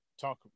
talk